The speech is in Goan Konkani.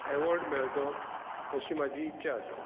एवॉर्ड मेळचो अशी म्हाजी इच्छा आसा